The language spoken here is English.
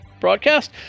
broadcast